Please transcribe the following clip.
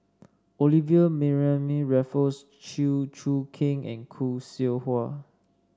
Olivia Mariamne Raffles Chew Choo Keng and Khoo Seow Hwa